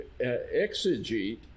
exegete